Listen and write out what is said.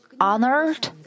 honored